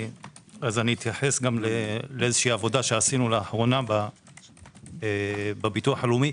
אתייחס גם לעבודה שעשינו באחרונה בביטוח הלאומי.